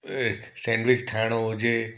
sandwich ठाहिणो हुजे